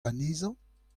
anezhañ